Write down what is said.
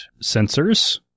sensors